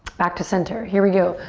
back to center. here we go.